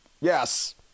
Yes